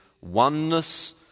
oneness